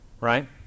right